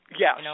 Yes